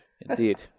Indeed